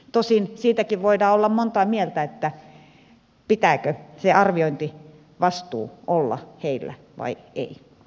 tosin siitäkin voidaan olla montaa mieltä pitääkö sen arviointivastuun olla heillä vai ei